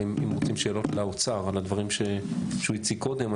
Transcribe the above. ואם רוצים שאלות לאוצר על הדברים שהוא הציג קודם,